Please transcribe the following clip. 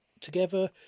together